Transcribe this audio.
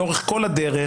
לאורך כל הדרך,